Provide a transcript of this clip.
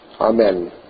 Amen